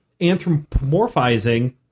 anthropomorphizing